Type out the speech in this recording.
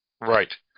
Right